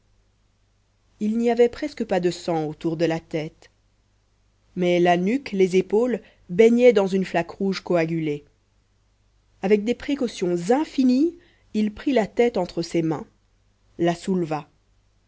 il n'y avait presque pas de sang autour de la tête mais la nuque les épaules baignaient dans une flaque rouge coagulée avec des précautions infinies il prit la tête entre ses mains la souleva